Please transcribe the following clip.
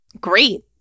Great